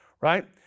right